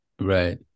Right